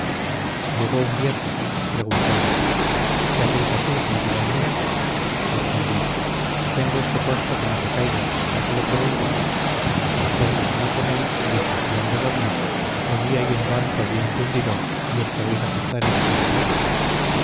llegó un viejo preguntóme qué hacéis aquí gentil hombre respondí tengo este poste que no se caiga por qué lo pregunta porque si no tenéis dijo donde dormir allí hay un banco de un tundidor y os podéis acostar en aquella borra